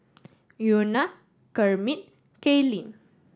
Iona Kermit Kaylene